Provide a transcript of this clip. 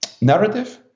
narrative